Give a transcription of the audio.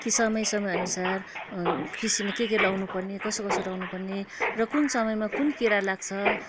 कि समय समय अनुसार कृषिमा के के लगाउनु पर्ने कसो कसो लगाउनु पर्ने र कुन समयमा कुन किरा लाग्छ